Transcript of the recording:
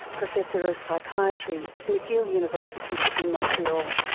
professor of psychiatry at mcgill university in montreal.